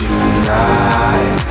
tonight